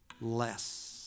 less